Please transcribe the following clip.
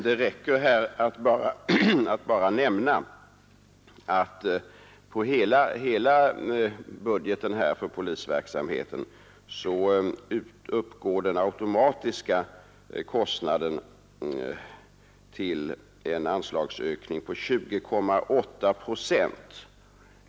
Det räcker att nämna att i hela budgeten för polisverksamheten uppgår den automatiska anslagsökningen till 20,8 procent.